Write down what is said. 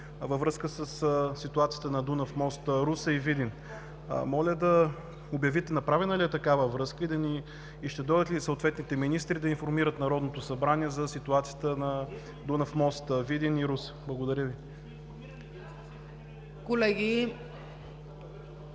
във връзка със ситуацията на Дунав мост, Русе и Видин. Моля да обявите направена ли е такава връзка и ще дойдат ли съответните министри, за да информират Народното събрание за ситуацията на Дунав мост, Видин и Русе? Благодаря Ви. (Реплики